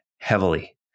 heavily